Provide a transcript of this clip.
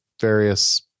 various